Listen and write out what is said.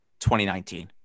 2019